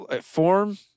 form